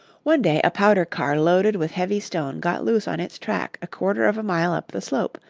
one day a powder-car loaded with heavy stone got loose on its track a quarter of a mile up the slope,